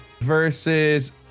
versus